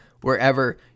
wherever